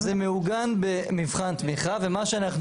אז זה מעוגן במבחן תמיכה ומה שאנחנו